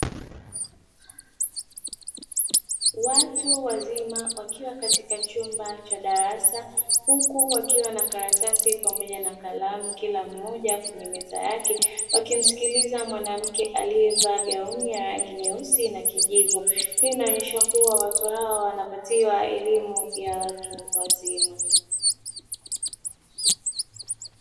Watu wazima wakiwa katika chumba cha darasa, huku wakiwa na karatasi pamoja na kalamu kila mmoja kwenye meza yake, wakimsikiliza mwanamke aliyevaa gauni ya rangi nyeusi na kijivu. Hii inaonyesha kuwa watu hawa wanapatiwa elimu ya watu wazima.